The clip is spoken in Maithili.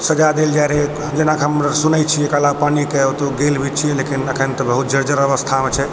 सजा देल जाइ रहै जेनाकि हम सुनै छियै कालापानी के ओतऽ जेल भी छियै लेकिन एखन तऽ बहुत जर्जर अवस्था मे छै